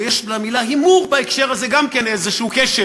ויש למילה הימור בהקשר הזה גם כן איזשהו קשר